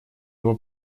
его